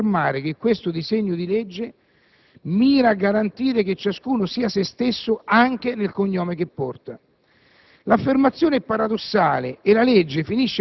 Per questa ragione, è paradossale affermare che il disegno di legge miri a garantire che ciascuno sia se stesso anche nel cognome che porta.